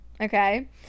Okay